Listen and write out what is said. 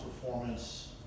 performance